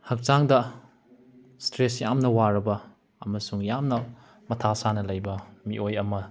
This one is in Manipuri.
ꯍꯛꯆꯥꯡꯗ ꯏꯁꯇ꯭ꯔꯦꯁ ꯌꯥꯝꯅ ꯋꯥꯔꯕ ꯑꯃꯁꯨꯡ ꯌꯥꯝꯅ ꯃꯊꯥ ꯁꯥꯅ ꯂꯩꯕ ꯃꯤꯑꯣꯏ ꯑꯃ